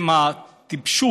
אם הטיפשות